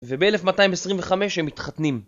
וב-1225 הם מתחתנים